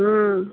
ಹ್ಞೂ